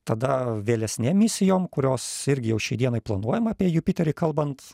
tada vėlesnėm misijom kurios irgi jau šiai dienai planuojama apie jupiterį kalbant